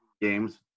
games